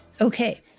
Okay